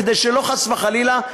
כדי שחס וחלילה,